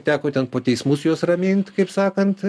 teko ten po teismus juos ramint kaip sakant